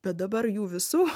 bet dabar jų visų